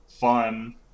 fun